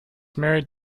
married